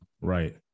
Right